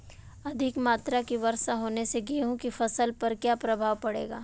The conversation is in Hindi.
अधिक मात्रा की वर्षा होने से गेहूँ की फसल पर क्या प्रभाव पड़ेगा?